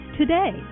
today